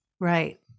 Right